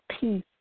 peace